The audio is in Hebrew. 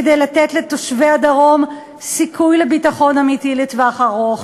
כדי לתת לתושבי הדרום סיכוי לביטחון אמיתי לטווח ארוך